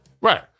right